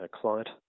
client